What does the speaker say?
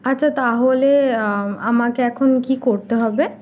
আচ্ছা তাহলে আমাকে এখন কী করতে হবে